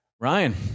Ryan